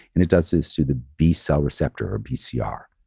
and it does this through the b-cell receptor or a bcr.